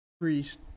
priest